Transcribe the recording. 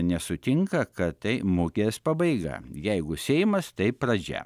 nesutinka kad tai mugės pabaiga jeigu seimas tai pradžia